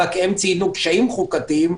רק שהם ציינו קשיים חוקתיים,